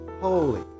holy